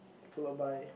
followed by